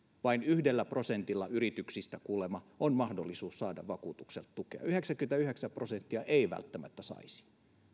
vain yhdellä prosentilla yrityksistä kuulemma on mahdollisuus saada vakuutuksesta tukea yhdeksänkymmentäyhdeksän prosenttia ei välttämättä saisi